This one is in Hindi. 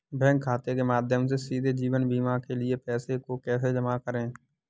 बैंक खाते के माध्यम से सीधे जीवन बीमा के लिए पैसे को कैसे जमा करें?